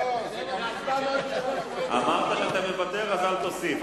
לא, אמרת שאתה מוותר, אז אל תוסיף.